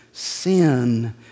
Sin